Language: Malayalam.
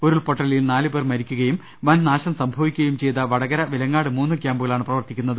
ഉരുൾപ്പൊട്ടലിൽ നാല് പേർ മരിക്കുകയും വൻ നാശം സംഭവിക്കുകയും ചെയ്ത വടകര വിലങ്ങാട് മൂന്ന് ക്യാമ്പുകളാണ് പ്രവർത്തിക്കുന്നത്